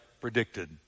predicted